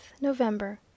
November